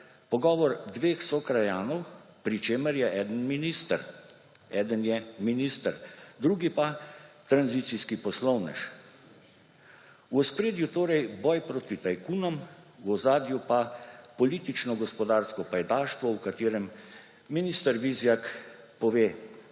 pogovor dveh sokrajanov, pri čemer je eden minister − eden je minister −, drugi pa tranzicijski poslovnež. V ospredju torej boj proti tajkunom, v ozadju pa politično gospodarsko pajdaštvo, v katerem minister Vizjak pove: